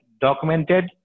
documented